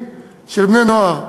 של בני-נוער.